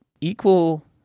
equal